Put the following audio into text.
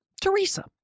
Teresa